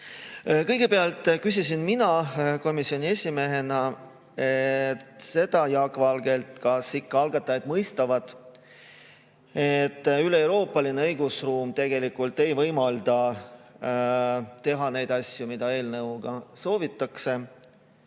Kõigepealt küsisin mina komisjoni esimehena Jaak Valgelt seda, kas algatajad ikka mõistavad, et üleeuroopaline õigusruum tegelikult ei võimalda teha neid asju, mida eelnõuga soovitakse,